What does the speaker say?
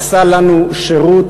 עשה לנו שירות,